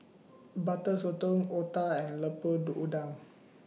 Butter Sotong Otah and Lemper Do Udang